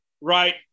right